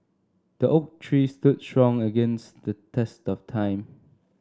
the oak tree stood strong against the test of time